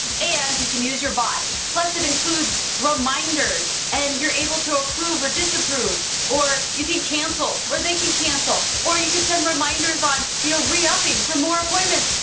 and you can use your bot. plus it includes reminders. and you're able to approve or disapprove. or you can cancel, or they can cancel. or you can send reminders on you know re-upping for more appointments.